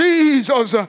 Jesus